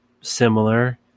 similar